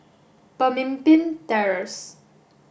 Pemimpin Terrace